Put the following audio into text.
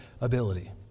ability